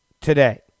today